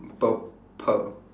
purple